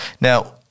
Now